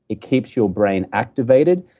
it keeps your brain activated,